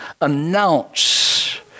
announce